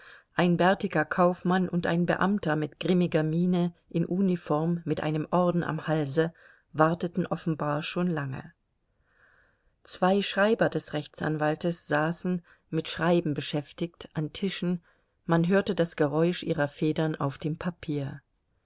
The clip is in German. ein bärtiger kaufmann und ein beamter mit grimmiger miene in uniform mit einem orden am halse warteten offenbar schon lange zwei schreiber des rechtsanwaltes saßen mit schreiben beschäftigt an tischen man hörte das geräusch ihrer federn auf dem papier